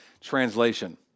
translation